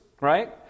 right